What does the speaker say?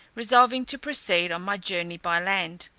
resolving to proceed on my journey by land.